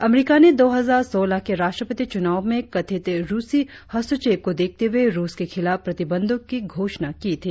अमरीका ने दो हजार सोलह के राष्ट्रपति चुनाव में कथित रुसी हस्तक्षेप को देखते हुए रुस के खिलाफ प्रतिबंधों की घोषणा की थी